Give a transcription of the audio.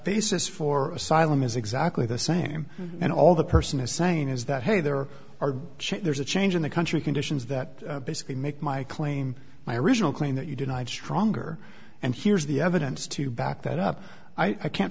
basis for asylum is exactly the same and all the person is saying is that hey there are there's a change in the country conditions that basically make my claim my original claim that you denied stronger and here's the evidence to back that up i can't